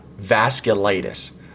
vasculitis